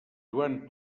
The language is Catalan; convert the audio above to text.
joan